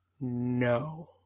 No